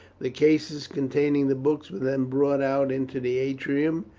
the cases containing the books were then brought out into the atrium,